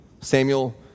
Samuel